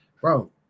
bro